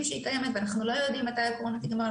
שהיא קיימת ואנחנו לא יודעים מתי הקורונה תיגמר,